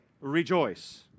Rejoice